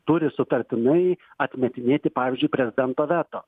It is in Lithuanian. turi sutartinai atmetinėti pavyzdžiui prezidento veto